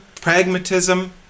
pragmatism